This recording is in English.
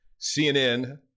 CNN